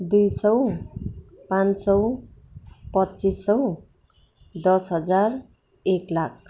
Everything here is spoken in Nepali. दुई सौ पाँच सौ पच्चिस सौ दस हजार एक लाख